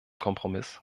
kompromiss